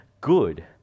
good